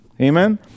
Amen